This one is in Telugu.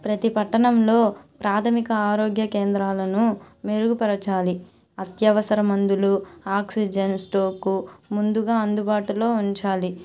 ప్రతి పట్టణంలో ప్రాథమిక ఆరోగ్య కేంద్రాలను మెరుగుపరచాలి అత్యవసర మందులు ఆక్సిజెన్ స్టాకు ముందుగా అందుబాటులో ఉంచాలి